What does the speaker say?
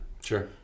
Sure